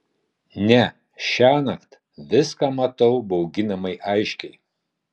ne šiąnakt viską matau bauginamai aiškiai